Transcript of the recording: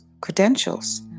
Credentials